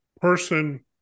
person